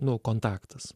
nu kontaktas